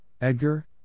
Edgar